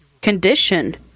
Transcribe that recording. condition